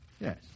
Yes